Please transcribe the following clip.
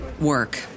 work